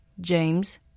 James